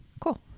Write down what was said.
Cool